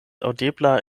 aŭdebla